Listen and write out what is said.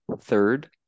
third